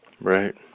Right